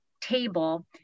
table